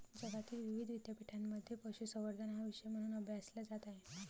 जगातील विविध विद्यापीठांमध्ये पशुसंवर्धन हा विषय म्हणून अभ्यासला जात आहे